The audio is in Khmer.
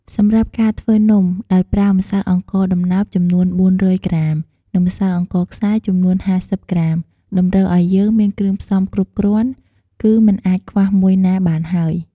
សម្រាប់ការធ្វើនំ ដោយប្រើម្សៅអង្ករដំណើបចំនួន៤០០ក្រាម និងម្សៅអង្ករខ្សាយចំនួន៥០ក្រាម តម្រូវឱ្យយើងមានគ្រឿងផ្សំគ្រប់គ្រាន់ គឺមិនអាចខ្វះមួយណាបានហើយ។